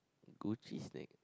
Gucci snake